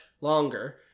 longer